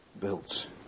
built